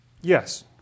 Yes